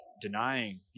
denying